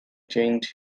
changed